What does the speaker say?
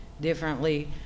differently